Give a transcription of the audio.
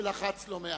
שלחץ לא מעט.